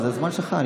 זה זמן שלך.